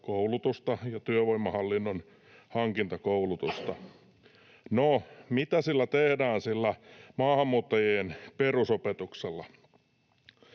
koulutusta tai työvoimahallinnon hankintakoulutusta.” No, mitä tehdään sillä maahanmuuttajien perusopetuksella?